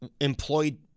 employed